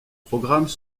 programmes